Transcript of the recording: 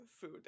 food